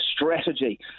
strategy